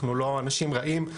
אנחנו לא אנשים רעים,